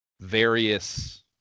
various